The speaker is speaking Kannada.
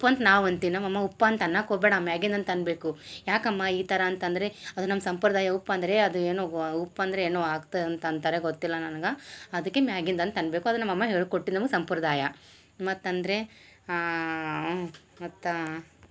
ಉಪ್ಪಂತೂ ನಾವಂತೀ ನಮ್ಮಮ್ಮ ಉಪ್ಪಂತ ಅನ್ನಕ್ಕೋಗಬೇಡ ಮ್ಯಾಗಿಂದಂತನಬೇಕು ಯಾಕಮ್ಮ ಈ ಥರ ಅಂತಂದರೆ ಅದು ನಮ್ಮ ಸಂಪ್ರದಾಯ ಉಪ್ಪಂದರೆ ಅದು ಏನೋ ಓ ಉಪ್ಪಂದರೆ ಏನೋ ಆಗ್ತದಂತ ಅಂತಾರೆ ಗೊತ್ತಿಲ್ಲ ನನ್ಗೆ ಅದಕ್ಕೆ ಮ್ಯಾಗಿಂದಂತನಬೇಕು ಅದು ನಮ್ಮಮ್ಮ ಹೇಳ್ಕೊಟ್ಟಿದ್ದು ನಮ್ಗ ಸಂಪ್ರದಾಯ ಮತ್ತಂದರೆ ಮತ್ತೆ